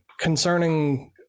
Concerning